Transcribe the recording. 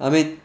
I mean